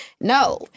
no